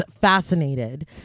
fascinated